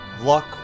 luck